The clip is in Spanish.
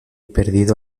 perdido